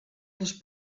les